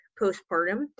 postpartum